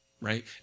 right